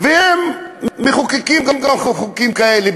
מחוקקים חוקים כאלה.